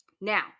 Now